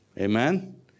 amen